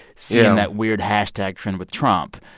seeing that weird hashtag trend with trump,